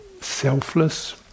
selfless